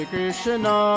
Krishna